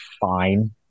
fine